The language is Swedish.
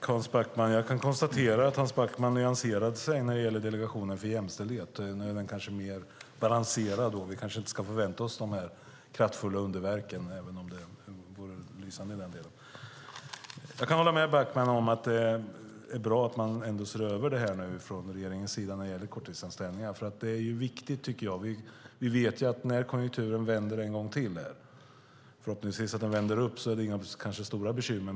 Herr talman! Jag kan konstatera att Hans Backman nyanserade sig när det gäller Delegationen för jämställdhet i arbetslivet och nu är mer balanserad när han säger att vi kanske inte ska förvänta oss de kraftfulla underverken, även om det vore lysande. Jag kan hålla med Backman om att det ändå är bra att man från regeringens sida nu ser över korttidsanställningarna. Det är viktigt, tycker jag. Vi vet ju att när konjunkturen vänder en gång till och förhoppningsvis vänder upp är det inte några stora bekymmer.